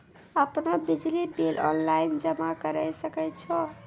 आपनौ बिजली bill online जमा करै सकै छौ?